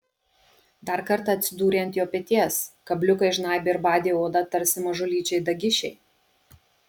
dar kartą atsidūrė ant jos peties kabliukai žnaibė ir badė odą tarsi mažulyčiai dagišiai